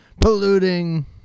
polluting